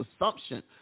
assumption